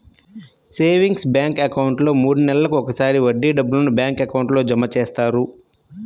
savings bank అకౌంట్లో మూడు నెలలకు ఒకసారి వడ్డీ డబ్బులను బ్యాంక్ అకౌంట్లో జమ చేస్తారు